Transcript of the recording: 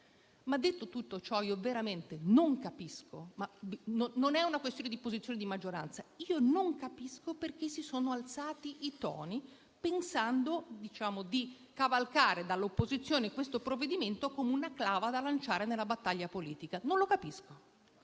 Detto tutto ciò, veramente non capisco - non è una questione di posizione di maggioranza - perché si sono alzati i toni, pensando di cavalcare dall'opposizione questo provvedimento come una clava da lanciare nella battaglia politica. Non lo capisco,